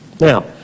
Now